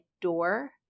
door